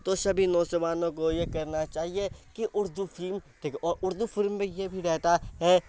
تو سبھی نوجوانوں کو یہ کہنا چاہیے کہ اردو فلم ٹھیک ہے اور اردو فلم میں یہ بھی رہتا ہے